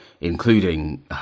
including